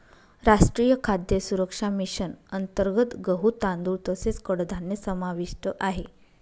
राष्ट्रीय खाद्य सुरक्षा मिशन अंतर्गत गहू, तांदूळ तसेच कडधान्य समाविष्ट आहे